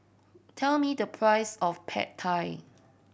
tell me the price of Pad Thai